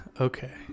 Okay